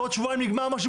בעוד שבועיים נגמר משהו,